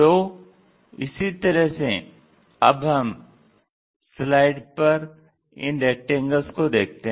तो इसी तरह से अब हम स्लाइड पर इन रेक्टैंगल्स को देखते हैं